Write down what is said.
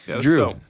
Drew